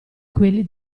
quelli